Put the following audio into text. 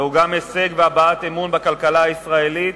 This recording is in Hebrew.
זהו גם הישג והבעת אמון בכלכלה הישראלית.